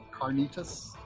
carnitas